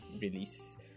release